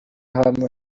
habamo